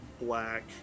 black